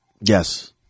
Yes